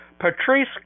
Patrice